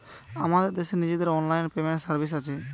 আমাদের দেশের নিজেদের অনলাইন পেমেন্ট সার্ভিস আছে